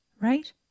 right